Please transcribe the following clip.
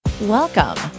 Welcome